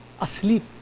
asleep